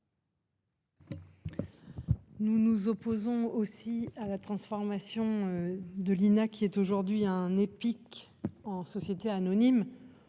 Nous nous opposons aussi à la transformation de l'INA qui est aujourd'hui un Epic en société anonyme.